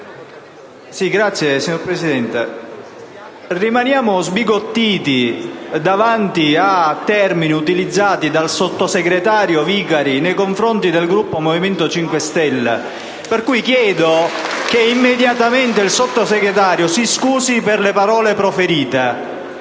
(M5S). Signor Presidente, rimaniamo sbigottiti davanti a termini utilizzati dal sottosegretario Vicari nei confronti del Gruppo Movimento 5 Stelle! (Applausi dal Gruppo M5S). Per cui chiedo che immediatamente il Sottosegretario si scusi per le parole proferite.